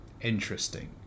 interesting